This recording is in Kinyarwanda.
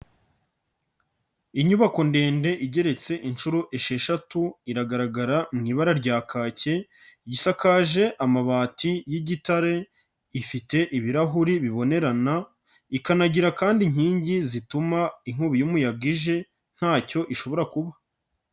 Inyubako ndende igeretse inshuro esheshatu iragaragara mu ibara rya kake, isakaje amabati y'igitare ifite ibirahuri bibonerana, ikanagira kandi inkingi zituma inkubi y'umuyaga ije ntacyo ishobora kuba.